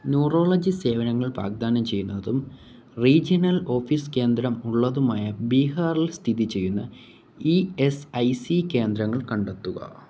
neurology സേവനങ്ങൾ വാഗ്ദാനം ചെയ്യുന്നതും റീജിയണൽ ഓഫീസ് കേന്ദ്രം ഉള്ളതുമായ ബീഹാറിൽ സ്ഥിതി ചെയ്യുന്ന ഇ എസ് ഐ സി കേന്ദ്രങ്ങൾ കണ്ടെത്തുക